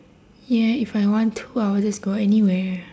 yeah if I want to I would just go anywhere